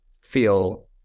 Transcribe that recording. feel